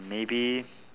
maybe